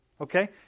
okay